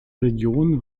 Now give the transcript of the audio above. region